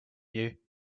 you